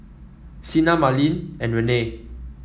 Sena Merlene and Renee